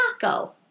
taco